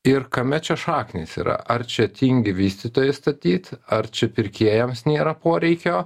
ir kame čia šaknys yra ar čia tingi vystytojai statyt ar čia pirkėjams nėra poreikio